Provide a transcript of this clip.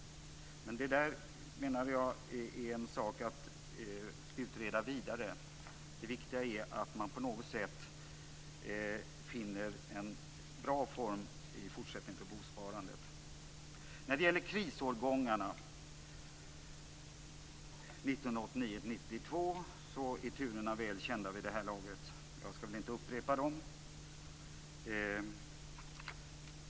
Men detta menar jag är en sak att utreda vidare. Det viktiga är att man på något sätt finner en bra form för bosparandet i fortsättningen. När det gäller krisårgångarna 1989-1992 är turerna väl kända vid det här laget, och jag skall inte upprepa dem.